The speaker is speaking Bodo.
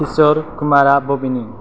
किशर कुमारा बबेनि